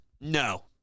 No